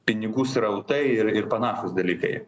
pinigų srautai ir ir panašūs dalykai